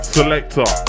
Selector